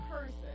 person